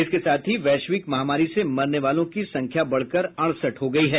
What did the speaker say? इसके साथ ही वैश्विक महामारी से मरने वालों की संख्या बढ़कर अड़सठ हो गयी है